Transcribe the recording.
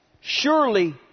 surely